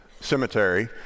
Cemetery